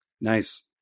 Nice